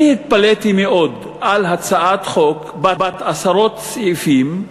אני התפלאתי מאוד על הצעת חוק בת עשרות סעיפים,